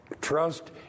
Trust